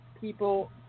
people